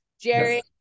Jerry